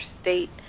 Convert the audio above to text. state